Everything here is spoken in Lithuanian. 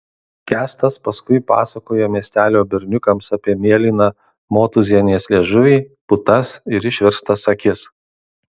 kęstas paskui pasakojo miestelio berniukams apie mėlyną motūzienės liežuvį putas ir išverstas akis